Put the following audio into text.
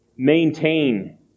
maintain